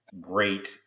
great